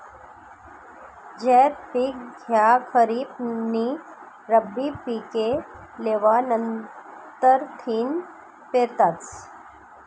झैद पिक ह्या खरीप नी रब्बी पिके लेवा नंतरथिन पेरतस